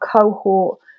cohort